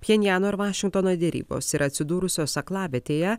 pchenjano ir vašingtono derybos yra atsidūrusios aklavietėje